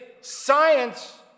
science